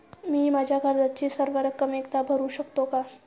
मी माझ्या कर्जाची सर्व रक्कम एकदा भरू शकतो का?